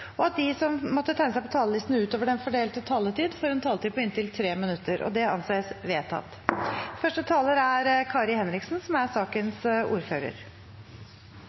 foreslå at det ikke blir gitt anledning til replikker, og at de som måtte tegne seg på talerlisten utover den fordelte taletid, får en taletid på inntil 3 minutter. – Det anses vedtatt.